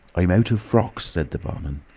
i'm out of frocks, said the barman.